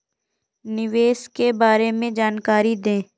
निवेश के बारे में जानकारी दें?